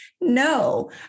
No